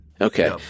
Okay